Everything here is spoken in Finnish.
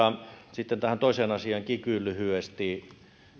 sitten tähän toiseen asiaa kikyyn lyhyesti